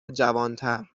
جوانتر